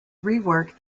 rework